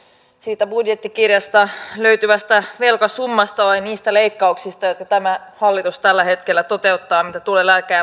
me tarvitsemme yrittäjyyttä ilman yrityksiä meillä ei voi olla työntekijöitä ja jos ei meillä tätä kokonaisuutta ole niin ei meille myöskään verotuloja tule millä me sitä kakkua pystymme tässä yhteiskunnassa kasvattamaan